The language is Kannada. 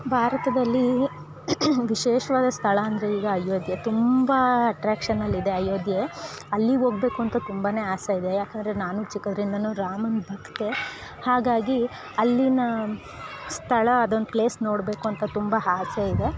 ಭಾರತದಲ್ಲಿ ವಿಶೇಷವಾದ ಸ್ಥಳ ಅಂದರೆ ಈಗ ಅಯೋಧ್ಯೆ ತುಂಬ ಅಟ್ರಾಕ್ಷನಲ್ ಇದೆ ಅಯೋಧ್ಯೆ ಅಲ್ಲಿ ಹೋಗ್ಬೇಕು ಅಂತ ತುಂಬಾ ಆಸೆ ಇದೆ ಯಾಕಂದರೆ ನಾನು ಚಿಕ್ಕದ್ರಿಂದನೂ ರಾಮನ ಭಕ್ತೆ ಹಾಗಾಗಿ ಅಲ್ಲಿನ ಸ್ಥಳ ಅದೊಂದು ಪ್ಲೇಸ್ ನೋಡಬೇಕು ಅಂತ ತುಂಬ ಆಸೆ ಇದೆ